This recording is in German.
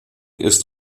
ist